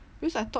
because I thought